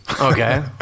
okay